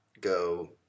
go